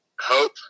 hope